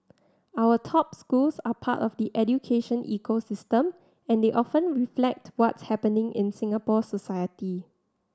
our top schools are part of the education ecosystem and they often reflect what's happening in Singapore society